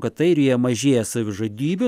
kad airijoje mažėja savižudybių